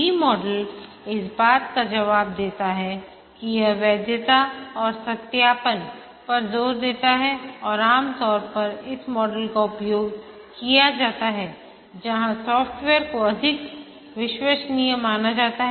V model इस बात का जवाब देता है कि यह वैद्यता और सत्यापन पर जोर देता है और आम तौर पर इस मॉडल का उपयोग किया जाता है जहां सॉफ्टवेयर को अधिक विश्वसनीय माना जाता है